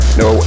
no